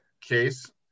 Case